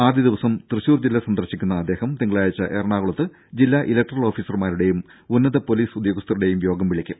ആദ്യ ദിവസം തൃശൂർ ജില്ല സന്ദർശിക്കുന്ന അദ്ദേഹം തിങ്കളാഴ്ച എറണാകുളത്ത് ജില്ലാ ഇലക്ടറൽ ഓഫീസർമാരുടെയും ഉന്നത പൊലീസ് ഉദ്യോഗസ്ഥരുടെയും യോഗം വിളിക്കും